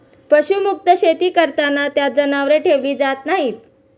पशुमुक्त शेती करताना त्यात जनावरे ठेवली जात नाहीत